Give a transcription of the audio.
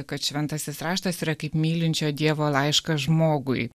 kad šventasis raštas yra kaip mylinčio dievo laiškas žmogui